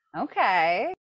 Okay